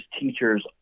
teachers